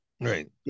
Right